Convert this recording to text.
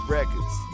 Records